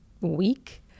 week